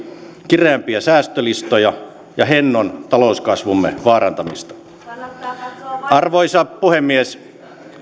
kireämpiä säästölistoja ja hennon talouskasvumme vaarantamista arvoisa puhemies